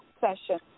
session